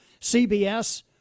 CBS